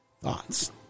thoughts